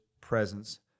presence